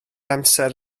amser